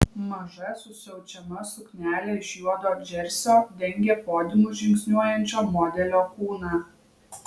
maža susiaučiama suknelė iš juodo džersio dengė podiumu žingsniuojančio modelio kūną